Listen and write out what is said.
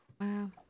Wow